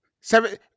seven